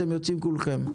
אתם יוצאים כולכם,